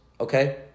okay